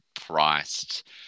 priced